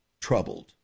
troubled